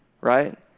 right